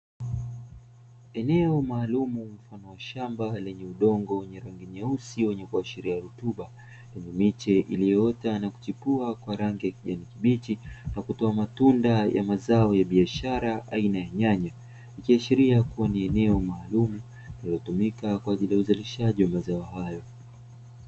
Eneo maalumu, mfano wa shamba lenye udongo wenye rangi nyeusi, wenye kuashiria rutuba, lenye miche iliyoota na kuchipua kwa rangi ya kijani kibichi, na kutoa matunda ya mazao ya biashara, aina ya nyanya, ikiashiria kuwa ni eneo maalumu lililotumika kwa ajili ya uzalishaji wa mazao hayo.